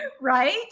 Right